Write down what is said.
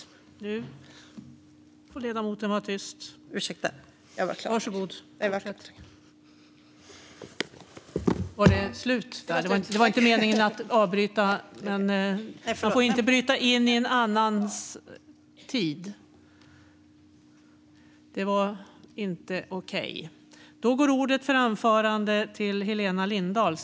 : Men plastpåseskatten är ju kvar.)